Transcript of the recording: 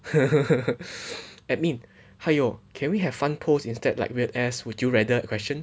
admin 还有 can we have fun post instead instead like weird ass would you rather question